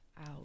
out